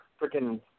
freaking